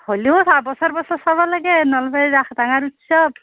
হলিও বছৰ বছৰ চাব লাগেই নলবাৰীৰ ৰাস ডাঙাৰ উৎসৱ